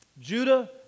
Judah